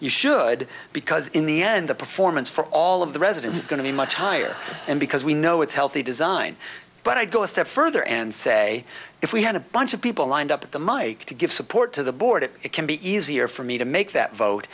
you should because in the end the performance for all of the residents is going to be much higher and because we know it's healthy design but i'd go a step further and say if we had a bunch of people lined up at the mike to give support to the board it can be easier for me to make that vote